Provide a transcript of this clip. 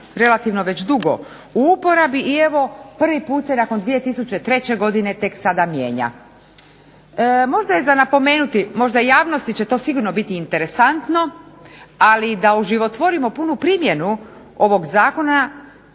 relativno dugo u uporabi i evo prvi puta se nakon 2003. godine tek sada mijenja. Možda je za napomenuti, možda će javnosti to sigurno biti interesantno ali da oživotvorimo punu primjenu ovog zakona